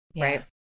Right